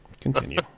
Continue